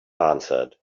answered